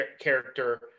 character